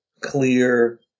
clear